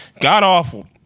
god-awful